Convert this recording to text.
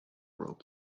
world